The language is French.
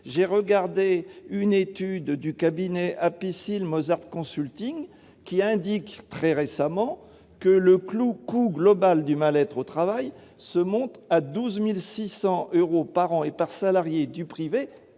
le prouve : une étude du cabinet APICIL Mozart Consulting indiquait récemment que le coût global du mal-être au travail se monte à 12 600 euros par an et par salarié du privé